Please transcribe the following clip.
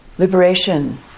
Liberation